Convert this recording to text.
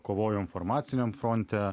kovojo informaciniam fronte